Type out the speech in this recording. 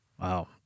Wow